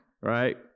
right